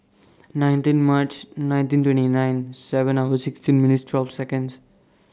nineteen March nineteen twenty nine seven hours sixteen minutes twelve Seconds